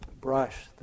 brush